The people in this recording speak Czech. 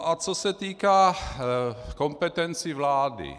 A co se týká kompetencí vlády.